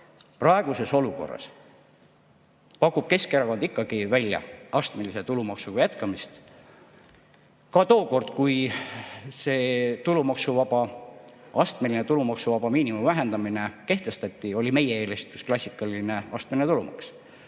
Praeguses olukorras pakub Keskerakond ikkagi välja astmelise tulumaksuga jätkamise. Ka tookord, kui astmeline tulumaksuvaba miinimumi vähendamine kehtestati, oli meie eelistus klassikaline astmeline tulumaks.